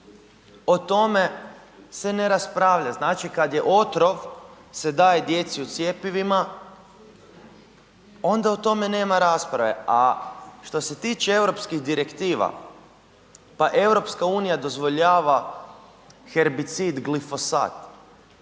O tome se ne raspravlja, znači kad je otrov se daje djeci u cjepivima onda o tome nema rasprave a što se tiče europskih direktiva, pa EU dozvoljava herbicid glifosat.